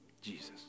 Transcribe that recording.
Jesus